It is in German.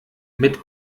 mit